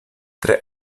tre